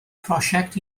prosiect